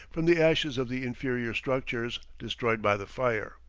from the ashes of the inferior structures destroyed by the fire.